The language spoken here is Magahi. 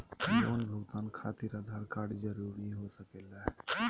लोन भुगतान खातिर आधार कार्ड जरूरी हो सके ला?